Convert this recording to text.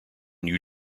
new